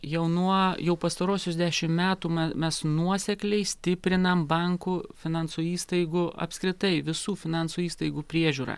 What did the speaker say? jau nuo jau pastaruosius dešimt metų me mes nuosekliai stiprinam bankų finansų įstaigų apskritai visų finansų įstaigų priežiūrą